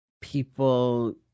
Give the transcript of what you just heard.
people